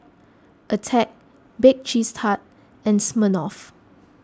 Attack Bake Cheese Tart and Smirnoff